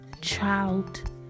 child